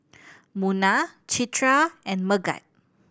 Munah Citra and Megat